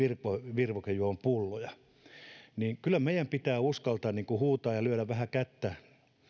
virvoitusjuomapulloja kyllä meidän pitää uskaltaa huutaa ja lyödä vähän kättä